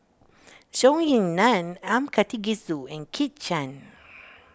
Zhou Ying Nan M Karthigesu and Kit Chan